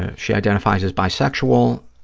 and she identifies as bisexual.